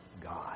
God